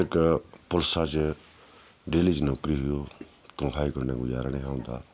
जेह्का पुलसा च डेली च नौकरी तन्खाही कन्नै गुजारा निहा होंदा